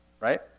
Right